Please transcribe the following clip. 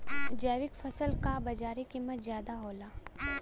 जैविक फसल क बाजारी कीमत ज्यादा होला